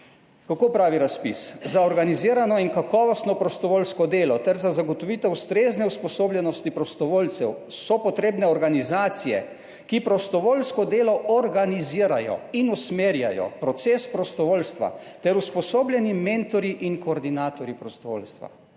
Kako pravi razpis? »Za organizirano in kakovostno prostovoljsko delo ter za zagotovitev ustrezne usposobljenosti prostovoljcev so potrebne organizacije, ki prostovoljsko delo organizirajo in usmerjajo proces prostovoljstva, ter usposobljeni mentorji in koordinatorji prostovoljstva.«